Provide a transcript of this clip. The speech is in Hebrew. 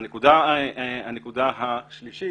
הנקודה הרביעית